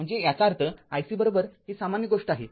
म्हणजे याचा अर्थ iC ही सामान्य गोष्ट आहे